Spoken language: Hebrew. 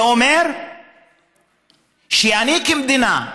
זה אומר שאני כמדינה,